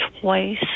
twice